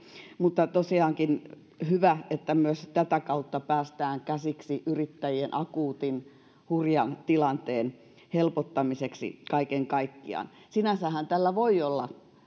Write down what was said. mutta tosiaankin on hyvä että myös tätä kautta päästään käsiksi yrittäjien akuutin hurjan tilanteen helpottamiseksi kaiken kaikkiaan sinänsähän tällä voi olla